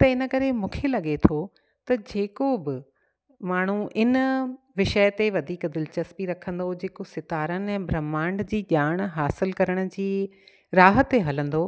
त इन करे मूंखे लॻे थो त जेको बि माण्हू इन विषय ते वधीक दिलचस्पी रखंदो हुजे जेको सितारनि ऐं ब्रहमांड जी ॼाण हासिलु करण जी राह ते हलंदो